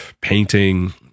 painting